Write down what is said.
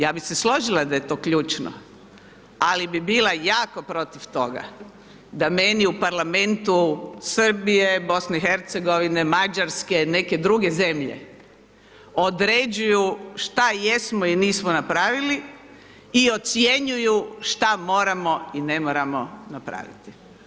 Ja bih se složila da je to ključno, ali bih bila jako protiv toga da meni u Parlamentu Srbije, BiH, Mađarske, neke druge zemlje određuju šta jesmo i nismo napravili i ocjenjuju šta moramo i ne moramo napraviti.